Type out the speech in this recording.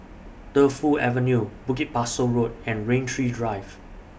Defu Avenue Bukit Pasoh Road and Rain Tree Drive